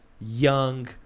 young